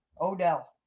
Odell